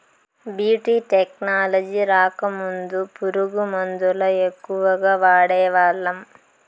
BT technology రాకముందు పురుగు మందుల ఎక్కువగా వాడేవాళ్ళం